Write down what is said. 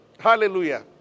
Hallelujah